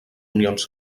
unions